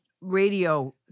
radio